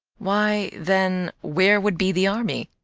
why, then, where would be the army?